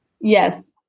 Yes